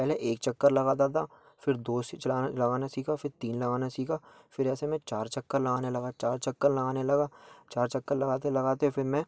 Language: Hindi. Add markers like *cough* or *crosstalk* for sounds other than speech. पहले एक चक्कर लगाता था फिर दो *unintelligible* चलाना लगाना सीखा फिर तीन लगाना सीखा फिर ऐसे मैं चार चक्कर लगाने लगा चार चक्कर लगाने लगा चार चक्कर लगाते लगाते फिर मैं